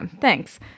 Thanks